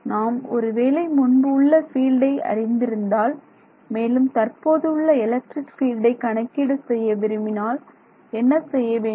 நாம் ஒருவேளை முன்பு உள்ள பீல்டை அறிந்திருந்தால் மேலும் தற்போது உள்ள எலக்ட்ரிக் ஃபீல்டை கணக்கீடு செய்ய விரும்பினால் என்ன செய்ய வேண்டும்